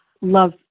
love